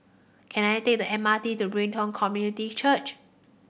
can I take the M R T to Brighton Community Church